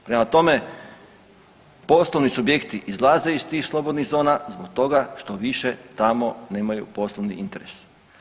Prema tome, poslovni subjekti izlaze iz tih slobodnih zona zbog toga što više tamo nemaju poslovni interes.